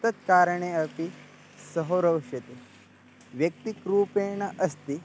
तत्कारणे अपि सः रौचते व्यक्तिकरूपेण अस्ति